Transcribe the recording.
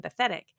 empathetic